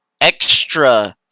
extra